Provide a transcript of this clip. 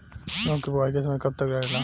गेहूँ के बुवाई के समय कब तक रहेला?